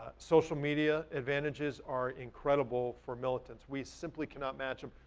social media advantages are incredible for militants. we simply cannot match em.